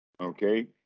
Okay